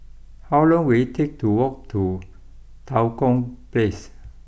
how long will it take to walk to Tua Kong place